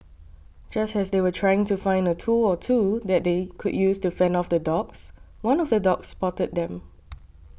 just as they were trying to find a tool or two that they could use to fend off the dogs one of the dogs spotted them